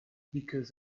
because